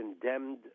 condemned